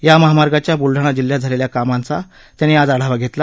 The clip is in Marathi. या महामार्गाच्या ब्लढाणा जिल्ह्यात झालेल्या कामाचा त्यांनी आज आढावा घेतला